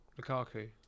Lukaku